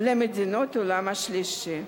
למדינות העולם השלישי.